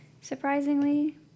surprisingly